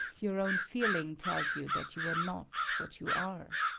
your own feeling tells you that you were not what you are,